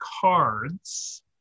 cards